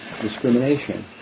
Discrimination